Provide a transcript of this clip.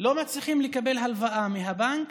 לא מצליחים לקבל הלוואה מהבנק,